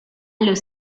los